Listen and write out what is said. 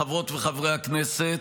חברות וחברי הכנסת,